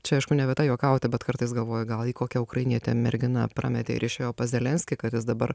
čia aišku ne vieta juokauti bet kartais galvoju gal jį kokia ukrainietė mergina prametė ir išėjo pas zelenskį kad jis dabar